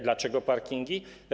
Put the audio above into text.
Dlaczego parkingi?